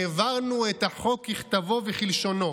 העברנו את החוק ככתבו וכלשונו.